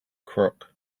crook